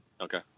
Okay